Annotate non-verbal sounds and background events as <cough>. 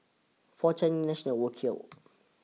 four <unintelligible> nationals were killed